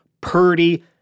Purdy